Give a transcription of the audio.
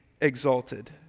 exalted